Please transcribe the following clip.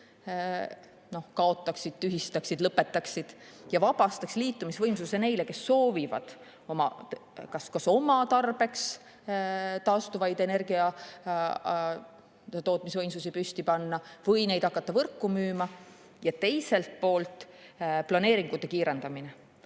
kaotaksid, tühistaksid, lõpetaksid ja vabastaksid liitumisvõimsuse neile, kes soovivad kas oma tarbeks taastuvaid energiatootmisvõimsusi püsti panna või hakata neid võrku müüma, ja teiselt poolt planeeringute kiirendamine.